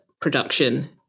production